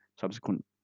subsequent